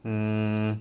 mm